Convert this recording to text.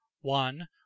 one